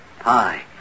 Hi